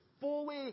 fully